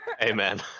Amen